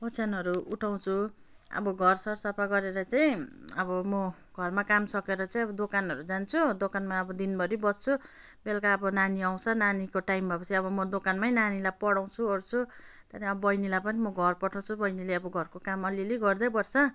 ओछ्यानहरू उठाउँछु अब घरसर सफा गरेर चाहिँ अब म घरमा काम सकेर चाहिँ अब दोकानहरू जान्छु दोकानमा अब दिनभरि बस्छु बेलुका अब नानी आउँछ नानीको टाइम भएपछि अब म दोकानमै नानीलाई पढाउँछुओर्छु त्यहाँदेखि अब बहिनीलाई पनि म घर पठाउँछु बहिनीले अब घरको काम अलिअलि गर्दै बस्छ